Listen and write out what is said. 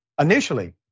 Initially